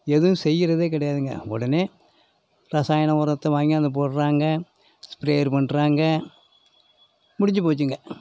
எதுவும் செய்யிறதே கிடையாதுங்க உடனே ரசாயன உரத்த வாங்கியாந்து போட்டுறாங்க ஸ்ப்ரேயரு பண்ணுறாங்க முடிஞ்சு போச்சிங்க